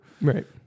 Right